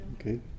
Okay